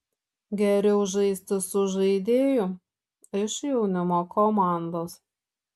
geriau žaisti su žaidėju iš jaunimo komandos